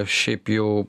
šiaip jau